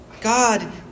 God